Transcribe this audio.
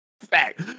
Fact